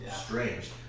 strange